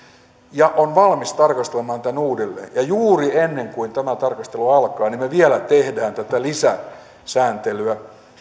ja on valmis tarkastelemaan tämän uudelleen ja juuri ennen kuin tämä tarkastelu alkaa niin me vielä teemme tätä lisäsääntelyä